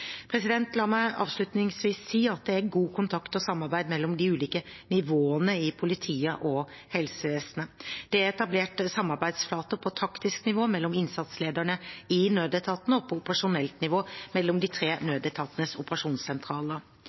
La meg avslutningsvis si at det er god kontakt og samarbeid mellom de ulike nivåene i politiet og helsevesenet. Det er etablert samarbeidsflater på taktisk nivå mellom innsatslederne i nødetatene og på operasjonelt nivå mellom de tre nødetatenes operasjonssentraler.